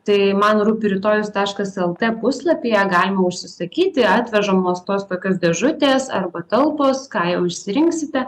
tai man rūpi rytojus taškas el t puslapyje galima užsisakyti atvežamos tos tokios dėžutės arba talpos ką jau išsirinksite